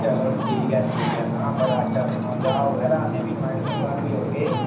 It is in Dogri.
चलो ठीक ऐ ठीक ऐ तां बड़ा अच्छा समां ब्याह् होए ते असेंगी बी इन्वाइट करेओ अस बी औगे